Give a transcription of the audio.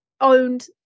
owned